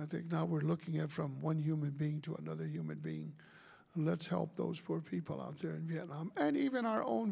i think now we're looking at from one human being to another human being let's help those poor people out there in vietnam and even our own